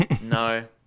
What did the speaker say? no